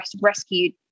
rescued